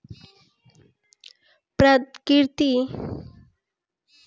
प्रकृति क पदार्थ बड़ी शुद्ध होला